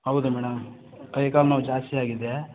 ಹೌದು ಮೇಡಮ್ ಕೈ ಕಾಲು ನೋವು ಜಾಸ್ತಿ ಆಗಿದೆ